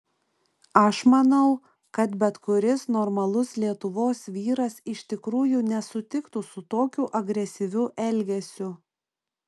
aš manau kad bet kuris normalus lietuvos vyras iš tikrųjų nesutiktų su tokiu agresyviu elgesiu